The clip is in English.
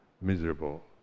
Miserable